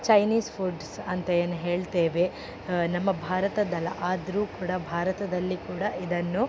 Chinese foods ಅಂತ ಏನು ಹೇಳ್ತೇವೆ ನಮ್ಮ ಭಾರತದ್ದಲ್ಲ ಆದರೂ ಕೂಡ ಭಾರತದಲ್ಲಿ ಕೂಡ ಇದನ್ನು